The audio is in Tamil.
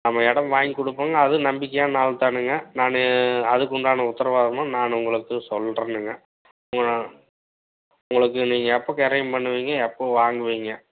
நம்ம இடம் வாங்கி கொடுப்பங்க அவரும் நம்பிக்கையான ஆள்தானுங்க நான் அதுக்குண்டான உத்தரவாதமாக நான் உங்களுக்கு சொல்றேனுங்க உங்களுக்கு நீங்கள் எப்போ கிரயம் பண்ணுவீங்க எப்போ வாங்குவீங்க